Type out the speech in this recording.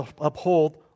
uphold